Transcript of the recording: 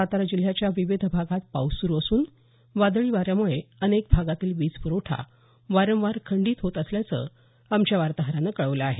सातारा जिल्ह्याच्या विविध भागात पाऊस सुरू असून वादळी वाऱ्यामुळे अनेक भागातील वीज प्रवठा वारंवार खंडीत होत असल्याचं आमच्या वार्ताहरानं कळवलं आहे